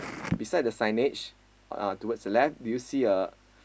beside the signage uh towards the left do you see a